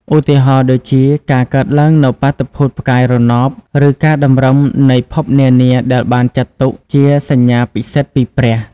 ឧទាហរណ៍ដូចជាការកើតឡើងនូវបាតុភូតផ្កាយរណបឬការតម្រឹមនៃភពនានាដែលបានចាត់ទុកជាសញ្ញាពិសិដ្ឋពីព្រះ។